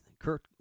Kurt